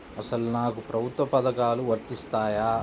అసలు నాకు ప్రభుత్వ పథకాలు వర్తిస్తాయా?